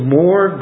more